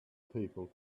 people